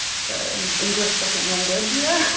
sorry, i'm english second language here.